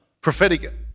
prophetic